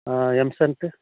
M sand